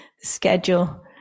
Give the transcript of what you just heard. schedule